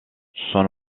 son